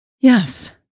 Yes